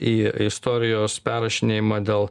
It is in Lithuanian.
į istorijos perrašinėjimą dėl